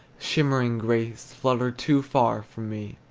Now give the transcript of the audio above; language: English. shimmering grace flutter too far for me.